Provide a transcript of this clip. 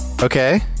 Okay